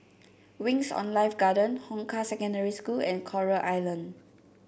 Wings On Life Garden Hong Kah Secondary School and Coral Island